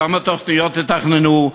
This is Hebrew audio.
כמה תוכניות תתכננו,